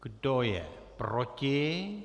Kdo je proti?